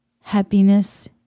happiness